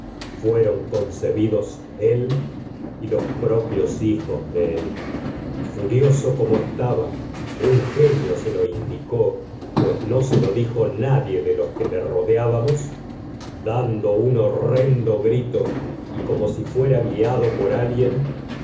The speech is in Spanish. fueron como concebidos él y los un propios hijos de él y furioso estaba genio se lo indi có pues no se lo dijo nadie de los que le rodeábamos grito y dando un horrendo como si fuera guiado por alguien